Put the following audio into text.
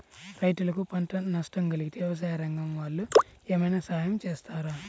రైతులకు పంట నష్టం కలిగితే వ్యవసాయ రంగం వాళ్ళు ఏమైనా సహాయం చేస్తారా?